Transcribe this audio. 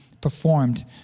performed